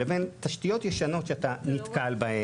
לבין תשתיות ישנות שאתה נתקל בהן.